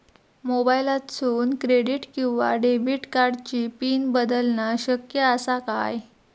मोबाईलातसून क्रेडिट किवा डेबिट कार्डची पिन बदलना शक्य आसा काय?